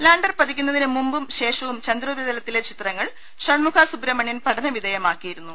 lander പതിക്കുന്നതിന് മുമ്പും ശേഷവും ചന്ദ്രോപരിത ലത്തിലെ ചിത്രങ്ങൾ ഷൺമുഖ സുബ്രഹ്മണ്യൻ പഠനവിധേയമാ ക്കിയിരുന്നു